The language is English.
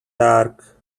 dark